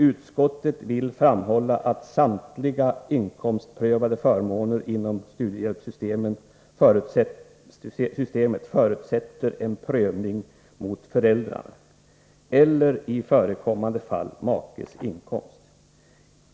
”Utskottet vill framhålla att samtliga inkomstprövade förmåner inom studiehjälpssystemet förutsätter en prövning mot föräldrarnas eller i förekommande fall makes ekonomi.